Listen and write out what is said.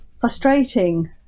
frustrating